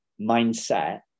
mindset